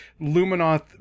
luminoth